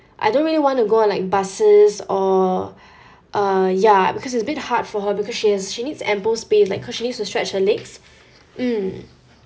I don't really want to go on like buses or uh ya because it's a bit hard for her because she has she needs ample space like cause she needs to stretch her legs mm